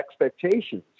expectations